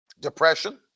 depression